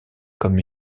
comme